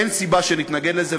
אין סיבה שנתנגד לזה.